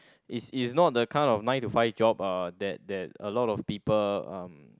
is is not the kind of nine to five job uh that that a lot of people uh